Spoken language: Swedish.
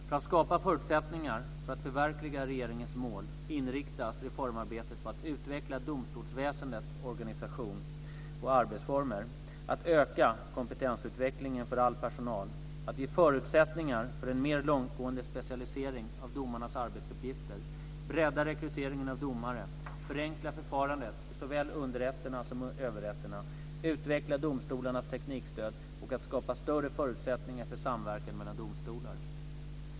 För att skapa förutsättningar för att förverkliga regeringens mål inriktas reformarbetet på att utveckla domstolsväsendets organisation och arbetsformer, att öka kompetensutvecklingen för all personal, att ge förutsättningar för en mer långtgående specialisering av domarnas arbetsuppgifter, bredda rekryteringen av domare, förenkla förfarandet i såväl underrätterna som överrätterna, utveckla domstolarnas teknikstöd och att skapa större förutsättningar för samverkan mellan domstolar.